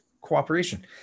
cooperation